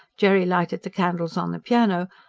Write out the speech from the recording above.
jerry lighted the candles on the piano,